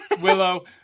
Willow